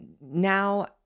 now